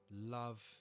love